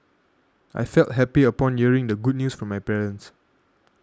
I felt happy upon hearing the good news from my parents